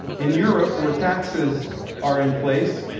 in europe where taxes are in place,